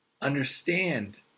Understand